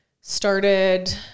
Started